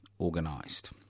organised